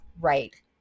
right